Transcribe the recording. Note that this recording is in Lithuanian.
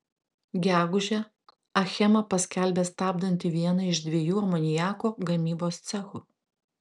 gegužę achema paskelbė stabdanti vieną iš dviejų amoniako gamybos cechų